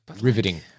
riveting